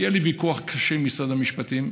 היה לי ויכוח קשה עם משרד המשפטים,